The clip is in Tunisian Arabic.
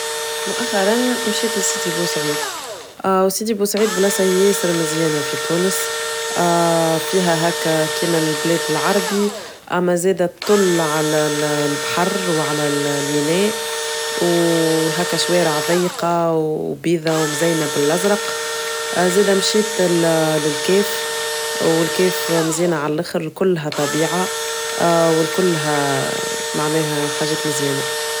مؤخرا مشيت لسيدي بوسعيد وسيدي بوسعيد بلاصة ياسر مزيانة في تونس فيها هكا كما البلاد العربي أما زادت طل على البحر وعلى الميناء وهكا شوارع ضيقة وبيضة ومزينة بالأزرق زادة مشيت للكاف والكاف مزيانة على الأخر لكلها طبيعة والكلها معناها حاجات مزيانة.